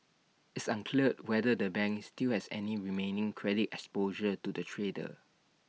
it's unclear whether the bank still has any remaining credit exposure to the trader